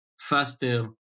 faster